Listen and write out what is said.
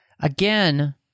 again –